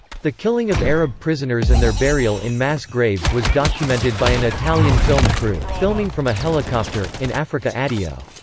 the killing of arab prisoners and their burial in mass graves was documented by an italian film crew, filming from a helicopter, in africa addio.